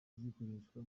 zikoreshwa